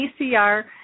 ACR